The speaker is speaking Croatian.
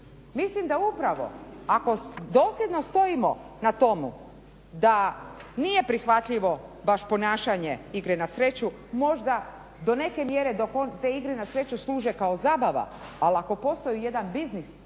Mislim da upravo ako dosljedno stojimo na tomu da nije prihvatljivo baš ponašanje igre na sreću možda do neke mjere te igre na sreću služe kao zabava ali ako postoji jedan biznis